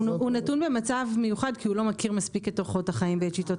נתון במצב מיוחד כי הוא לא מכיר מספיק את אורחות החיים ואת שיטות